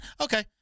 Okay